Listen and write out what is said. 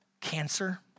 cancer